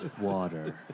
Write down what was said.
water